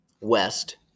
west